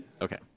Okay